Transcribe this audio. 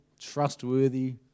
trustworthy